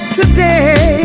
today